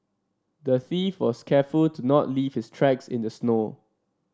the thief was careful to not leave his tracks in the snow